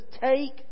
take